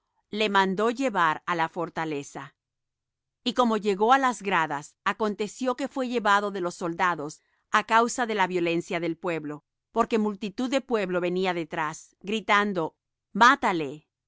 le mandó llevar á la fortaleza y como llegó á las gradas aconteció que fué llevado de los soldados á causa de la violencia del pueblo porque multitud de pueblo venía detrás gritando mátale